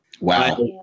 Wow